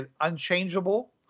unchangeable